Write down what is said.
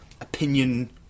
opinion